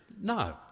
No